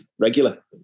regular